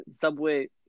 Subway